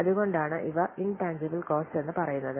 അതുകൊണ്ടാണ് ഇവ intangible cost എന്ന് പറയുന്നത്